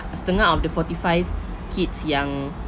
setengah of the forty five kids yang